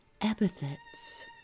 epithets